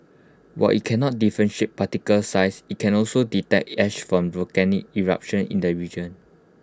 while IT cannot differentiate particle size IT can also detect ash from volcanic eruptions in the region